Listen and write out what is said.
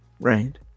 Right